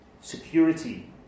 security